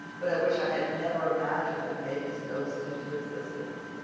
but i wish i had never imagined that baby's ghost into existence.